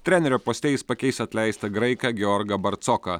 trenerio poste jis pakeis atleistą graiką georgą barcoką